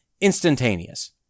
Instantaneous